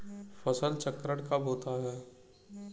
फसल चक्रण कब होता है?